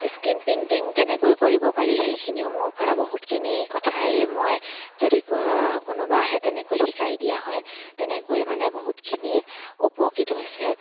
screen painting কেনেকৈ কৰিব পাৰি সেইখিনিও মোৰ পৰা বহুতখিনি কথাই মই যদি কোনোবা আহে তেনেকৈ শিকাই দিয়া হয় তেনেকৈ মানে বহুতখিনি উপকৃত হৈছে